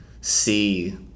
see